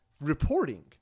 reporting